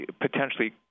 potentially